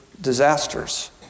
disasters